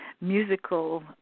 Musical